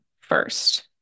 first